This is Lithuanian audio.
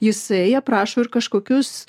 jisai aprašo ir kažkokius